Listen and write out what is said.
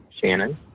Shannon